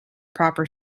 proper